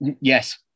Yes